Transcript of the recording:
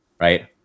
right